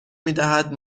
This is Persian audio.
میدهد